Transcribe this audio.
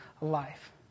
life